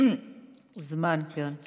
הזמן, קרן.